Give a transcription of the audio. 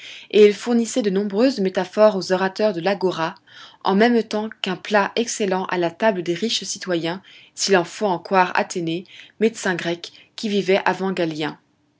et ils fournissaient de nombreuses métaphores aux orateurs de l'agora en même temps qu'un plat excellent à la table des riches citoyens s'il faut en croire athénée médecin grec qui vivait avant gallien